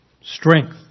strength